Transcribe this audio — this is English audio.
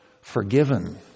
Forgiven